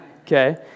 Okay